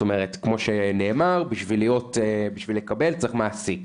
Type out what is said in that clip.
כמו שנאמר, בשביל לקבל צריך מעסיק.